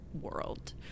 world